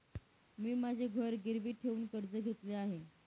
मी माझे घर गिरवी ठेवून कर्ज घेतले आहे